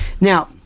now